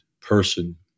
person